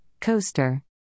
Coaster